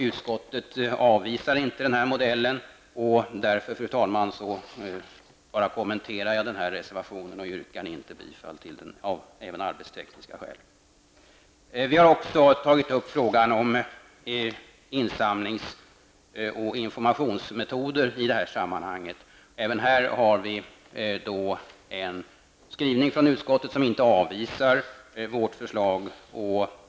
Utskottet avvisar inte den modellen. Därför yrkar jag av arbetstekniskt skäl inte bifall till reservationen. Folkpartiet liberalerna har också tagit upp frågan om insamlings och informationsmetoder i sammanhanget. Även här har vi en skrivning från utskottet som inte avvisar vårt förslag.